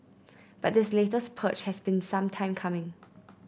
but this latest purge has been some time coming